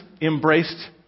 embraced